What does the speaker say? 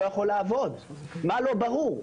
מה לא ברור?